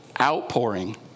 outpouring